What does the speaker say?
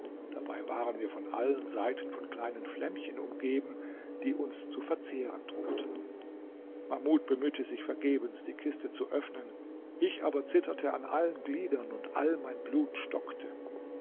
dabei waren wir von allen seiten von kleinen flämmchen umgeben die uns zu verzehren drohten mahmud bemühte sich vergebens die kiste zu öffnen ich aber zitterte an allen gliedern und all mein blut stockte